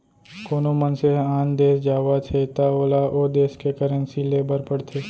कोना मनसे ह आन देस जावत हे त ओला ओ देस के करेंसी लेय बर पड़थे